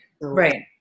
Right